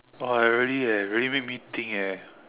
!wah! I really eh really make me think eh